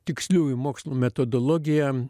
tiksliųjų mokslų metodologiją